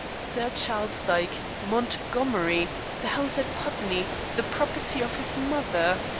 sir charles dyke montgomery the house at putney the property of his mother!